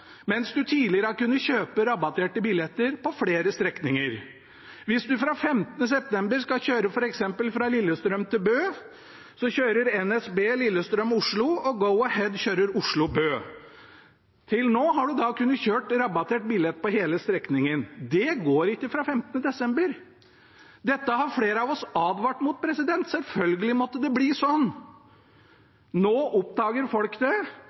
mens du tidligere har kunnet kjøpe rabatterte billetter på flere strekninger. Hvis du fra 15. desember skal kjøre f.eks. fra Lillestrøm til Bø, kjører NSB Lillestrøm–Oslo, og Go-Ahead kjører Oslo–Bø. Til nå har du kunnet kjøpe rabattert billett på hele strekningen. Det går ikke fra 15. desember. Dette har flere av oss advart om, at det selvfølgelig måtte bli sånn. Nå oppdager folk det,